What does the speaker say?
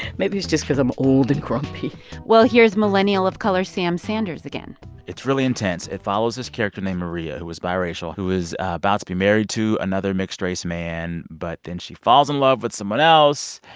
maybe it's just cause i'm old and grumpy well, here's millennial of color, sam sanders, again it's really intense. it follows this character, named maria, who is biracial, who is about to be married to another mixed-race man, but then she falls in love with someone else.